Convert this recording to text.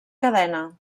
cadena